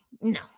no